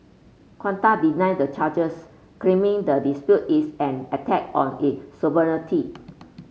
Qatar deny the charges claiming the dispute is an attack on its sovereignty